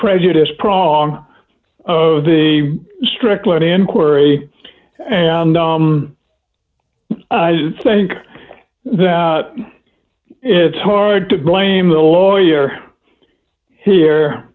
prejudice prong of the strickland inquiry and i think that it's hard to blame the lawyer here